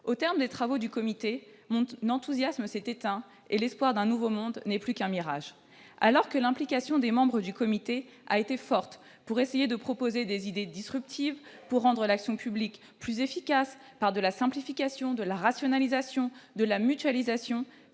Au terme des travaux du Comité, mon enthousiasme s'est éteint et l'espoir d'un nouveau monde n'est plus qu'un mirage. Alors que l'implication des membres du Comité a été forte pour essayer de proposer des idées disruptives, pour rendre l'action publique plus efficace par de la simplification, de la rationalisation, de la mutualisation,